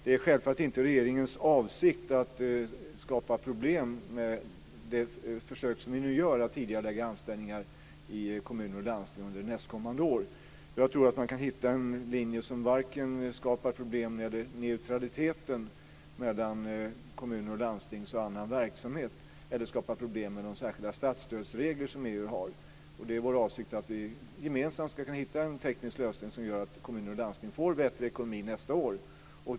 Det är självklart att det inte är regeringens avsikt att skapa problem i och med det försök som vi nu genomför, att tidigarelägga anställningar i kommuner och landsting under nästkommande år. Jag tror att man kan hitta en linje som varken skapar problem med neutraliteten mellan kommuner och landsting och annan verksamhet eller med de särskilda statsstödsregler som EU har. Det är vår avsikt att vi gemensamt ska kunna hitta en lösning som gör att kommuner och landsting får en bättre ekonomi under nästa år.